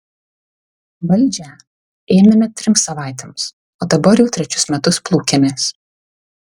valdžią ėmėme trims savaitėms o dabar jau trečius metus plūkiamės